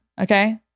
Okay